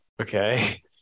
Okay